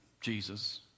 Jesus